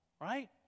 right